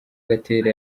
gatera